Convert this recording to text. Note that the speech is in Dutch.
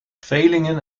tweelingen